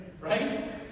right